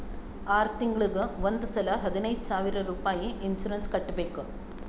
R ತಿಂಗುಳಿಗ್ ಒಂದ್ ಸಲಾ ಹದಿನೈದ್ ಸಾವಿರ್ ರುಪಾಯಿ ಇನ್ಸೂರೆನ್ಸ್ ಕಟ್ಬೇಕ್